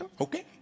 Okay